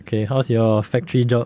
okay how's your factory job